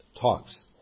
talks